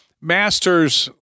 Masters